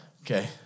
Okay